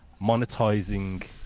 monetizing